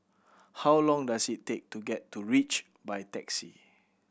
how long does it take to get to Reach by taxi